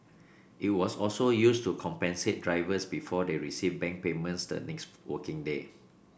it was also used to compensate drivers before they received bank payments the next working day